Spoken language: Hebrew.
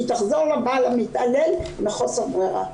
היא תחזור לבעל המתעלל מחוסר בררה.